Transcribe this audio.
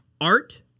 art